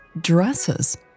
dresses